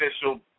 official